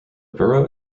borough